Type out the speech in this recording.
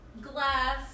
glass